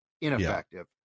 ineffective